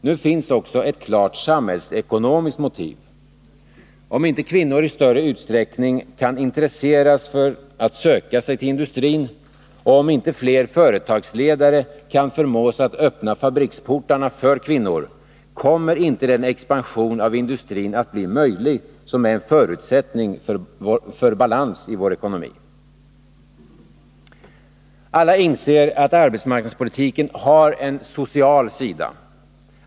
Nu finns också ett klart samhällsekonomiskt motiv. Om inte kvinnor i större utsträckning kan intresseras för att söka sig till industrin och om inte fler företagsledare kan förmås att öppna fabriksportarna för kvinnor, kommer inte den expansion av industrin som är en förutsättning för balans i ekonomin att bli möjlig. Alla inser att arbetsmarknadspolitiken har en social sida.